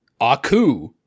Aku